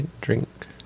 Drink